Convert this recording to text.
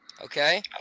Okay